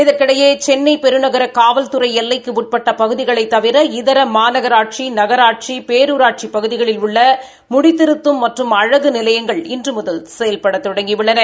இதற்கிடையே சென்னை பெருநகர காவல்துறை எல்லைக்கு உட்பட்ட பகுதிகளைத் தவிர இதர மாநகராட்சி நகராட்சி பேரூராட்சி பகுதிகளில் உள்ள முடித்திருத்தும் மற்றும் அழகு நிறுவனங்கள் இன்று முதல் செயல்பட தொடங்கியுள்ளன